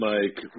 Mike